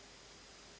Hvala,